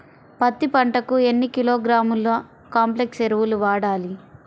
పత్తి పంటకు ఎన్ని కిలోగ్రాముల కాంప్లెక్స్ ఎరువులు వాడాలి?